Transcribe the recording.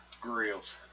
Grills